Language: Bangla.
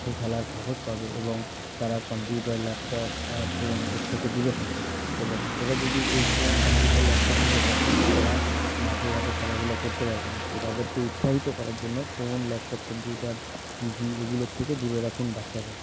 মাঠে খেলার সাহস পাবে এবং তারা কাম্পিউটার ল্যাপটপ ফোন এর থেকে দূরে থাকবে এবং এরা যদি এই ফোন কাম্পিউটার ল্যাপটপ নিয়ে থাকে তো তারা মাঠে ঘাটে খেলাধুলো করতে পারবে না তো তাদেরকে উৎসাহিত করার জন্য ফোন ল্যাপটপ কাম্পিউটার টিভি এগুলোর থেকে দূরে রাখুন বাচ্চাদের